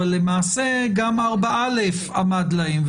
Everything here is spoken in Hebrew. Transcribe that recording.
אבל למעשה גם 4א עמד להם,